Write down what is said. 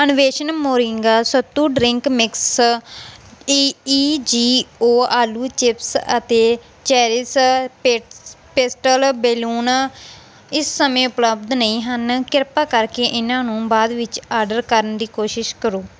Anveshan moringa sattu drink mix E E G O aloo chips ਅਤੇ cherish pets pastel balloon ਇਸ ਸਮੇਂ ਉਪਲਬਧ ਨਹੀਂ ਹਨ ਕਿਰਪਾ ਕਰਕੇ ਇਹਨਾਂ ਨੂੰ ਬਾਅਦ ਵਿੱਚ ਆਰਡਰ ਕਰਨ ਦੀ ਕੋਸ਼ਿਸ਼ ਕਰੋ